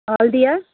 Haldia